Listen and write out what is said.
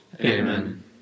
Amen